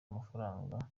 amafaranga